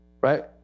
right